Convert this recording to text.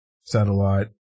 satellite